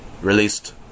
Released